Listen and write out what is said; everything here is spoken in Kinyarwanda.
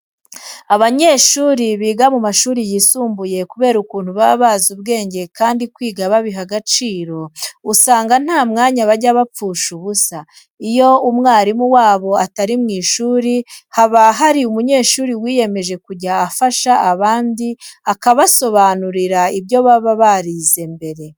Abanyeshuri biga mu mashuri yisumbuye kubera ukuntu baba bazi ubwenge kandi kwiga babiha agaciro, usanga nta mwanya bajya bapfusha ubusa. Iyo umwarimu wabo atari mu ishuri haba hari umunyeshuri wiyemeje kujya afasha abandi akabasobanurira ibyo baba barize mbere.